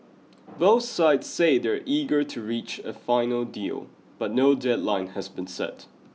both sides say they are eager to reach a final deal but no deadline has been set